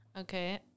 Okay